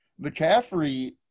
McCaffrey